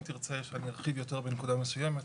תרצה שאני ארחיב יותר בנקודה מסוימת,